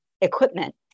equipment